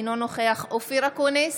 אינו נוכח אופיר אקוניס,